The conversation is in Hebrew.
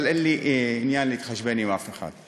אבל אין לי עניין להתחשבן עם אף אחד.